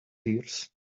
dears